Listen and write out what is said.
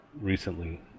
recently